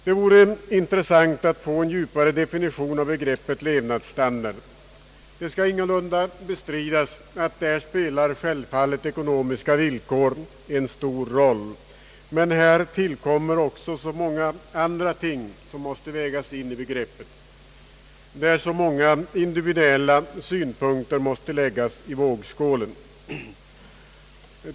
Det vore intressant att få en djupare definition av begreppet levnadsstandard. Det skall ingalunda bestridas att ekonomiska villkor därvidlag spelar en stor roll, men här tillkommer också så många andra ting som måste vägas in i begreppet. Det är så många individuella synpunkter som måste läggas i vågskålen.